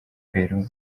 peru